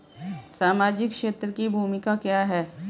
सामाजिक क्षेत्र की भूमिका क्या है?